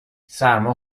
سرما